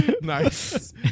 Nice